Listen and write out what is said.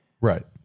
Right